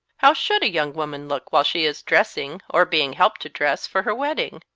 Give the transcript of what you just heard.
how should a young woman look whilst she is dressing, or being helped to dress, for her wedding?